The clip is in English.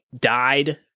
died